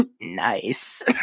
Nice